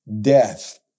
death